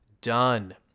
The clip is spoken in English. done